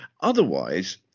Otherwise